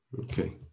Okay